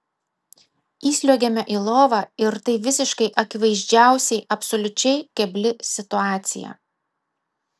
įsliuogiame į lovą ir tai visiškai akivaizdžiausiai absoliučiai kebli situacija